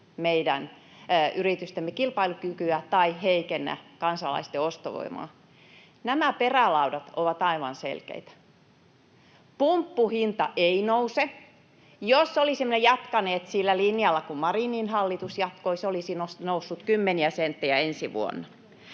meidän yritystemme kilpailukykyä tai heikennä kansalaisten ostovoimaa. Nämä perälaudat ovat aivan selkeitä. Pumppuhinta ei nouse. Jos olisimme jatkaneet sillä linjalla kuin Marinin hallitus jatkoi, se olisi noussut kymmeniä senttejä ensi vuonna.